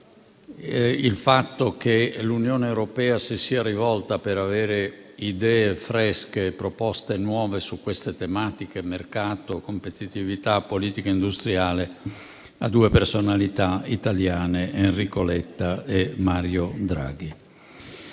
il fatto che l'Unione europea si sia rivolta per avere idee fresche e proposte nuove su queste tematiche - mercato, competitività e politica industriale - a due personalità italiane: Enrico Letta e Mario Draghi.